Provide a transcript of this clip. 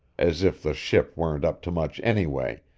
as if the ship weren't up to much anyway,